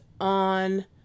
on